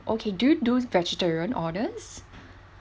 okay do you do vegetarian orders